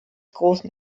großen